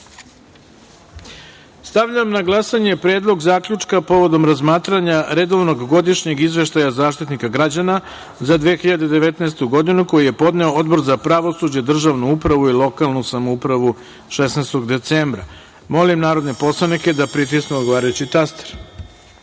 na glasanje - Predlog zaključka povodom razmatranja Redovnog godišnjeg izveštaja Zaštitnika građana za 2019. godinu, koji je podneo Odbora za pravosuđe, državnu upravu i lokalnu samoupravu od 16. decembra. Molim narodne poslanike da pritisnu odgovarajući